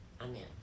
amen